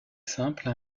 simple